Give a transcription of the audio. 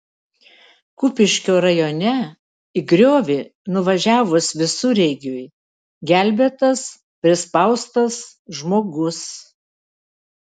kupiškio rajone į griovį nuvažiavus visureigiui gelbėtas prispaustas žmogus